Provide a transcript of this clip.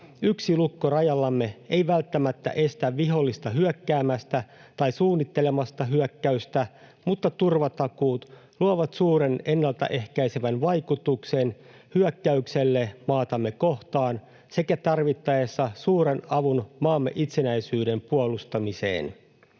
yksi lukko rajallamme ei välttämättä estä vihollista hyökkäämästä tai suunnittelemasta hyökkäystä, mutta turvatakuut luovat suuren ennaltaehkäisevän vaikutuksen hyökkäykselle maatamme kohtaan sekä tarvittaessa suuren avun maamme itsenäisyyden puolustamiseen.